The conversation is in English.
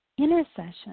Intercession